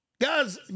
Guys